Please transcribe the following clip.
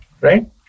right